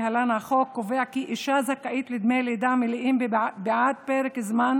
קובע כי אישה זכאית לדמי לידה מלאים בעד פרק זמן